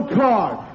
card